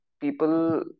people